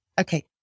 Okay